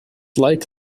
like